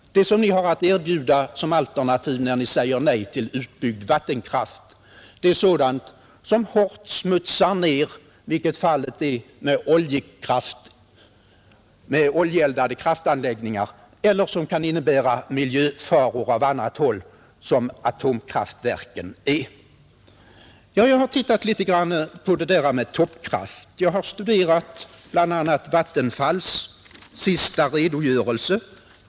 Det som vi har att erbjuda som alternativ när vi säger nej till utbyggd vattenkraft är sådant som hårt smutsar ned — som fallet är med oljeeldade kraftanläggningar — eller sådant som kan innebära miljöfaror av annat slag, t.ex. atomkraftverk. Ja, jag har tittat litet på detta om toppkraft och bl.a. studerat Vattenfalls senaste redogörelse.